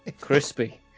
Crispy